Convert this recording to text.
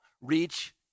reach